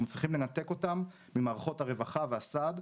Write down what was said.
אנחנו מצליחים לנתק אותם ממערכות הרווחה והסעד.